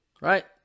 Right